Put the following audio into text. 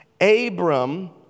Abram